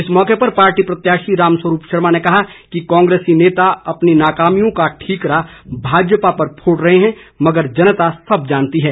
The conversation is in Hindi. इस मौके पर पार्टी प्रत्याशी रामस्वरूप शर्मा ने कहा कि कांग्रेस नेता अपनी नाकामियों का ठिकरा भाजपा पर फोड रहे हैं मगर जनता सब जानती है